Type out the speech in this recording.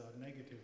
negative